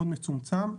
מאוד מצומצם.